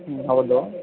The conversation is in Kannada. ಹ್ಞೂ ಹೌದು